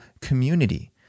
community